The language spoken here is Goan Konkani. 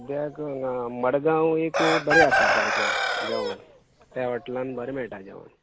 सद्द्याक हांगा मडगांव एक बरें आसा सारकें जेवण थंय हाॅटेलान बरें मेळटा जेवण